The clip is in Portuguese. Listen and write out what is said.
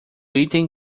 item